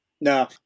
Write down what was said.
no